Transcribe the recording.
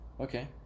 Okay